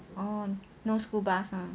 orh no school bus ah